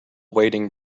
wading